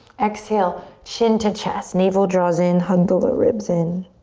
exhale, chin to chest, navel draws in, hug the low ribs in.